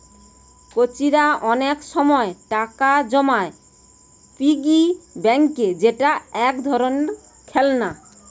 কচিরা অনেক সময় টাকা জমায় পিগি ব্যাংকে যেটা এক ধরণের খেলনা